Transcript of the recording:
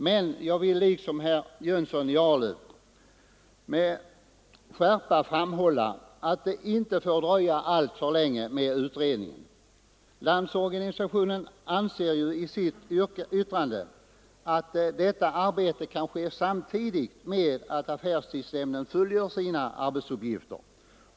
Men, fru talman, jag vill liksom herr Jönsson i Arlöv med skärpa framhålla att det inte får dröja alltför länge med utredningen. Landsorganisationen anser ju i sitt yttrande att detta arbete kan ske samtidigt med att affärstidsnämnden fullgör sina arbetsuppgifter.